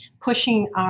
pushing